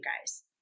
guys